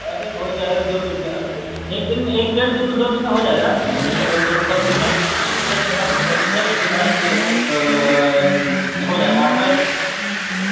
अरे हो जाएगा दो दिन बाद एक दिन में एक डेढ़ दिन में दो दिन में हो जाएगा और मतलब जो जैसे प्रोसेस है इसके बाद हो जाएगा आपका